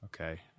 okay